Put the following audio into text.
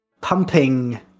pumping